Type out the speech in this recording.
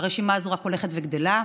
הרשימה הזאת רק הולכת וגדלה,